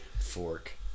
Fork